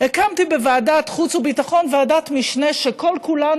הקמתי בוועדת חוץ וביטחון ועדת משנה שכל-כולה